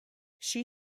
she